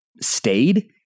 stayed